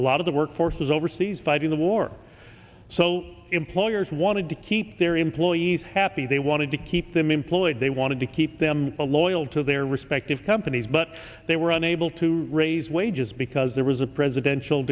a lot of the workforce was overseas fighting the war so employers wanted to keep their employees happy they wanted to keep them employed they wanted to keep them a loyal to their respective companies but they were unable to raise wages because there was a presidential